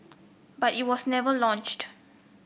but it was never launched